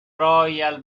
royal